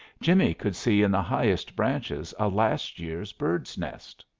jimmie could see in the highest branches a last year's bird's nest.